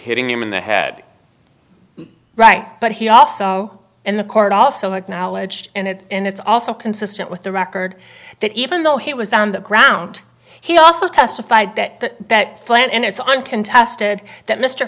hitting him in the head right but he also in the court also acknowledged and it's also consistent with the record that even though he was on the ground he also testified that that plan and it's uncontested that mr